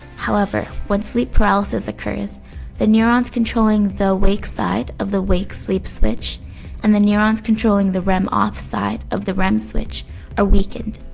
however, when sleep paralysis occurs the neurons controlling the wake side of the wake-sleep switch and the neurons controlling the rem off side of the rem switch are ah weakened.